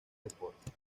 deportes